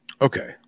Okay